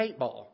paintball